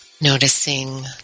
Noticing